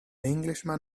englishman